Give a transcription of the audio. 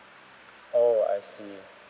oh I see